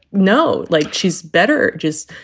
no. like, she's better just.